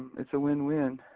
it's a win-win.